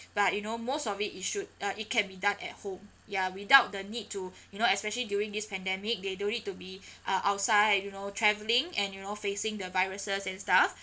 but you know most of it it should uh it can be done at home ya without the need to you know especially during this pandemic they don't need to be uh outside you know travelling and you know facing the viruses and stuff